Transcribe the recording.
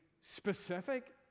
specific